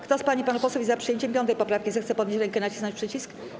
Kto z pań i panów posłów jest za przyjęciem 5. poprawki, zechce podnieść rękę i nacisnąć przycisk.